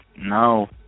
No